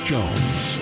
Jones